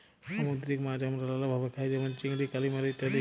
সামুদ্দিরিক মাছ আমরা লালাভাবে খাই যেমল চিংড়ি, কালিমারি ইত্যাদি